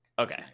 Okay